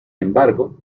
embargo